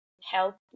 help